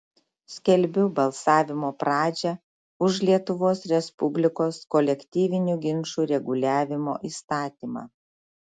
skelbiu balsavimo pradžią už lietuvos respublikos kolektyvinių ginčų reguliavimo įstatymą